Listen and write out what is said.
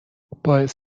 باعث